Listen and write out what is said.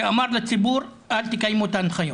שאמר לציבור 'אל תקיימו את ההנחיות'.